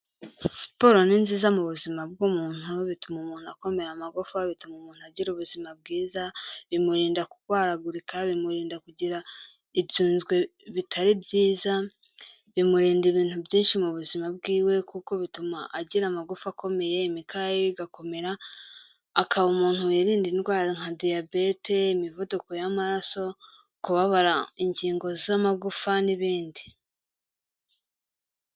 Siporo ni nziza mu buzima bw'umuntu, bituma umuntu akomera amagufawa, bituma umuntu agira ubuzima bwiza, bimurinda kurwaragurika, bimurinda kugira ibyunzwe bitari byiza, bimurinda ibintu byinshi mu buzima bwiwe, kuko bituma agira amagufwa akomeye, imikaya ye igakomera, akaba umuntu wirinda indwara nka diyabete, imivuduko y'amaraso, kubabara ingingo z'amagufwa n'ibindi.